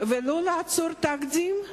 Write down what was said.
ולא ליצור תקדים,